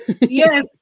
Yes